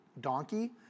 donkey